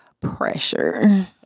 Pressure